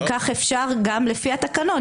כי כך אפשר גם לפי התקנון.